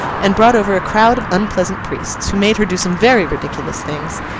and brought over a crowd of unpleasant priests, who made her do some very ridiculous things,